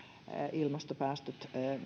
ilmastopäästöt